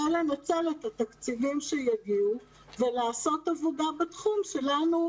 לנצל את התקציבים שיגיעו ולעשות עבודה בתחום שעבורנו,